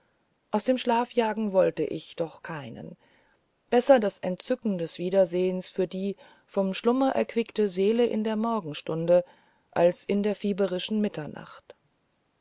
aus dem schlaf jagen wollte ich doch keinen besser das entzücken des wiedersehens für die vom schlummer erquickte seele in der morgenstunde als in der fieberischen mitternacht